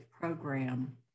program